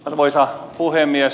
arvoisa puhemies